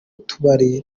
tubari